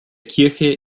kirche